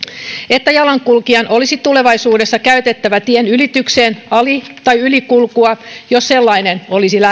että jalankulkijan olisi tulevaisuudessa käytettävä tien ylitykseen ali tai ylikulkua jos sellainen